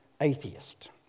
atheist